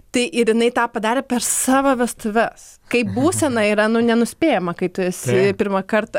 tai ir jinai tą padarė per savo vestuves kaip būsena yra nenuspėjama kai tu esi pirmąkart